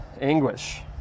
anguish